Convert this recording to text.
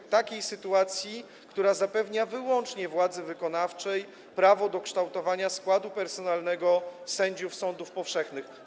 To taka sytuacja, w której zapewnia się wyłącznie władzy wykonawczej prawo do kształtowania składu personalnego sędziów sądów powszechnych.